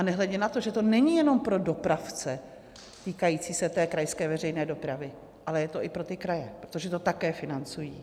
Nehledě na to, že to není jenom pro dopravce týkající se té krajské veřejné dopravy, ale je to i pro kraje, protože to také financují.